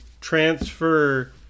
transfer